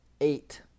eight